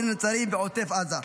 בבני נצרים ובעוטף עזה.